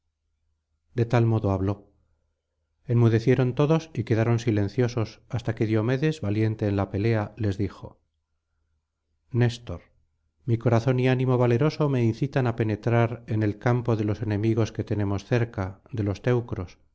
de tal modo habló enmudecieron todos y quedaron silenciosos hasta que diomedes valiente en la pelea les dijo nestor mi corazón y ánimo valeroso me incitan á penetrar en el campo de los enemigos que tenemos cerca de los teucros